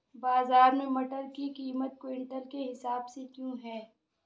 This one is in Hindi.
बाजार में मटर की कीमत क्विंटल के हिसाब से क्यो है?